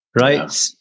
right